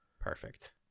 perfect